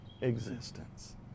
existence